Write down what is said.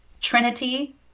trinity